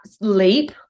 leap